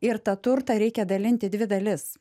ir tą turtą reikia dalint į dvi dalis